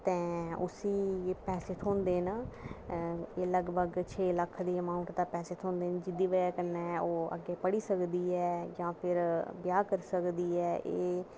ते उसी पैसे थ्होंदे न लगभग छे लक्ख रपेऽ अमाऊंट पैसे थ्होंदे न जेह्दी बजह् कन्नै ओहे अग्गें पढ़ी सकदी ऐ जां फिर ब्याह् करी सकदी ऐ